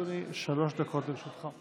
בבקשה, אדוני, שלוש דקות לרשותך.